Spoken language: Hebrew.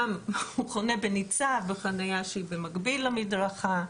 גם הוא חונה בניצב בחניה שהיא במקביל למדרכה.